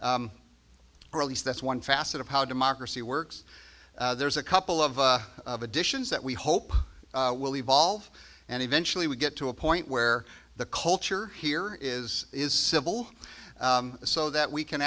or at least that's one facet of how democracy works there's a couple of of additions that we hope will evolve and eventually we get to a point where the culture here is is civil so that we can